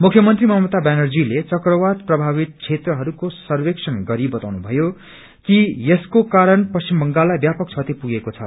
मुख्यमन्त्री ममता व्यानर्जीले चक्रवात प्रभावित क्षेत्रहरूको सर्वेक्षण गरी बताउनु भएको थियो कि यसको कारण पश्चिम बंगाललाई ब्यापक क्षति पुगेको छ